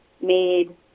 made